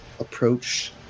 Approach